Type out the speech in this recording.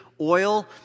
oil